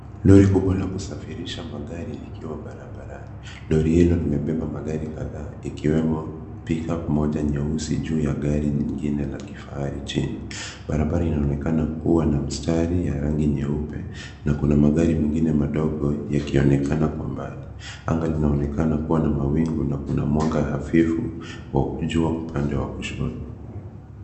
Lori kubwa la kusafirisha magari likiwa barabarani. Lori hilo limebeba magari kadhaa ikiwemo pick -up moja nyeusi juu ya gari nyingine la kifahari chini. Barabara inaonekana kuwa na mstari ya rangi nyeupe na kuna magari mengine madogo yakionekana kwa mbali. Anga linaonekana kuwa na mawingu na kuna mwanga hafifu wa jua upande wa kushoto.